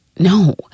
no